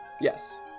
yes